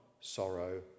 sorrow